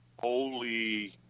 holy